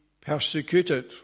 persecuted